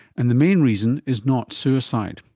and the main reason is not suicide.